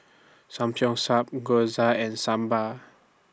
Samgeyopsal Gyoza and Sambar